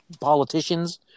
politicians